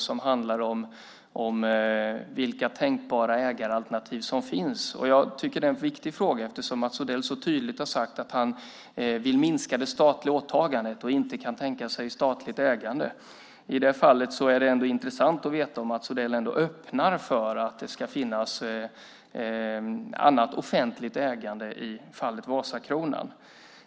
Den handlade om vilka tänkbara ägaralternativ som finns. Det är en viktig fråga. Mats Odell har så tydligt sagt att han vill minska det statliga åtagandet och inte kan tänka sig statligt ägande. I det fallet är det ändå intressant att veta om Mats Odell öppnar för att det ska finnas annat offentligt ägande i fallet Vasakronan.